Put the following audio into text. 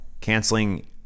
canceling